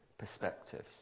perspectives